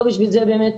לא בשביל זה באמת